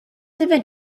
even